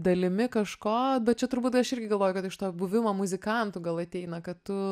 dalimi kažko bet čia turbūt aš irgi galvoju kad iš to buvimo muzikantu gal ateina kad tu